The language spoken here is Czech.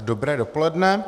Dobré dopoledne.